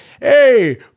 hey